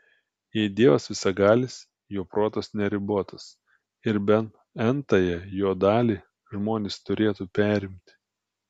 jei dievas visagalis jo protas neribotas ir bent n tąją jo dalį žmonės turėtų perimti